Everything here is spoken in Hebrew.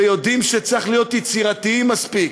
ויודעים שצריכים להיות יצירתיים מספיק,